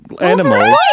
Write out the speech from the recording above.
animal